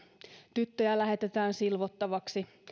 tyttöjä lähetetään silvottavaksi